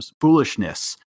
foolishness